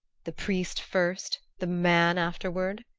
the priest first the man afterward?